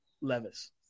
Levis